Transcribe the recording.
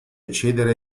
accedere